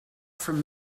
from